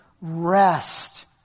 rest